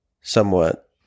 somewhat